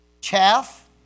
Chaff